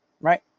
Right